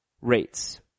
rates